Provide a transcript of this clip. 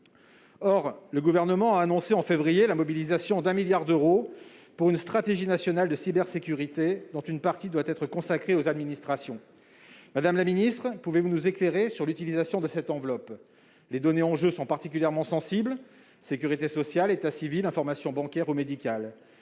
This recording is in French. Or le Gouvernement a annoncé en février la mobilisation de 1 milliard d'euros pour une stratégie nationale de cybersécurité, dont une partie doit être consacrée aux administrations. Madame la ministre, pouvez-vous nous éclairer sur l'utilisation de cette enveloppe ? Les données en jeu sont particulièrement sensibles : sécurité sociale, état civil, informations bancaires ou médicales.